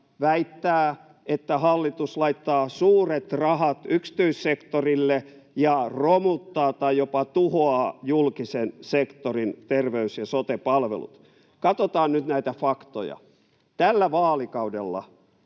väittää, että hallitus laittaa suuret rahat yksityissektorille ja romuttaa tai jopa tuhoaa julkisen sektorin terveys‑ ja sote-palvelut. Katsotaan nyt näitä faktoja: Tällä vaalikaudella